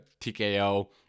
tko